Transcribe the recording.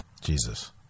Jesus